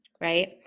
right